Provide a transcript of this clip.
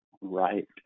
right